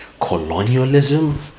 colonialism